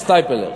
הסטייפלר.